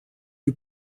you